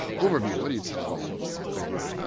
overview, what are you telling me? um somethings,